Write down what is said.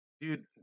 Dude